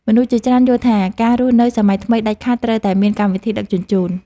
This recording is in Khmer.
មនុស្សជាច្រើនយល់ថា ការរស់នៅសម័យថ្មីដាច់ខាតត្រូវតែមានកម្មវិធីដឹកជញ្ជូន។